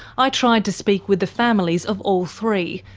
i tried to speak with the families of all three,